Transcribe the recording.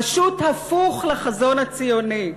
פשוט הפוך, לחזון הציוני.